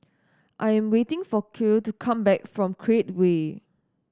I'm waiting for Kiel to come back from Create Way